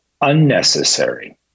unnecessary